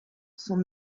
sont